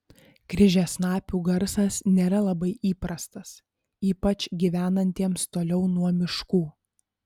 kryžiasnapių garsas nėra labai įprastas ypač gyvenantiems toliau nuo miškų